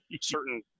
certain